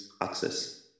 access